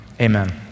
Amen